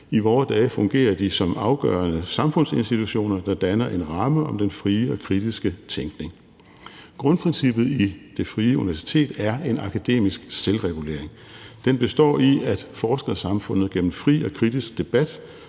I vore dage fungerer de som afgørende samfundsinstitutioner, der danner en ramme om den frie og kritiske tænkning. Grundprincippet i det frie universitet er en akademisk selvregulering. Den består i, at forskersamfundet gennem fri og kritisk debat